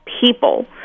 people